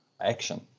action